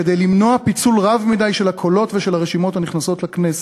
כדי למנוע פיצול רב מדי של הקולות ושל הרשימות הנכנסות לכנסת.